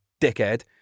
dickhead